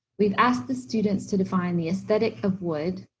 we've asked the students to define the aesthetic of wood,